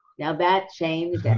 now that changed, and